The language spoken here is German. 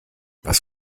was